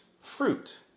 fruit